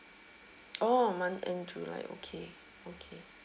oh month end july okay okay